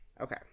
Okay